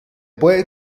puede